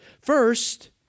First